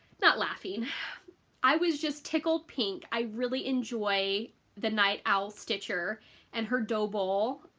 not laughing i was just tickled pink. i really enjoy the night owl stitcher and her dough bowl,